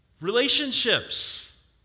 Relationships